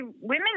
women